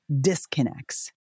disconnects